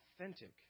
authentic